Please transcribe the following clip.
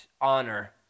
honor